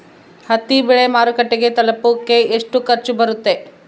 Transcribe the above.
ಹತ್ತಿ ಬೆಳೆ ಮಾರುಕಟ್ಟೆಗೆ ತಲುಪಕೆ ಎಷ್ಟು ಖರ್ಚು ಬರುತ್ತೆ?